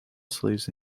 slaves